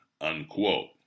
unquote